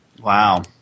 Wow